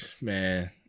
man